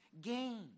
gain